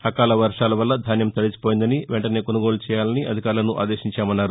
అకాల వర్షాల వల్ల ధాన్యం తడిసిపోయిందని వెంటనే కొనుగోలు చేయాలని అధికారులను ఆదేశించామన్నారు